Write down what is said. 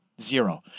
Zero